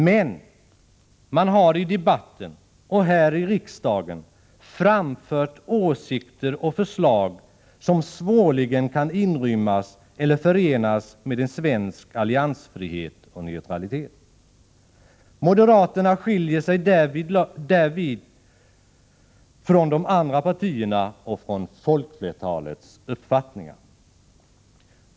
Men man har i debatten och här i riksdagen framfört åsikter och förslag som svårligen kan inrymmas i eller förenas med en svensk alliansfrihet och neutralitet. Moderaterna skiljer sig därvidlag från de andra partierna och från folkflertalets uppfattningar.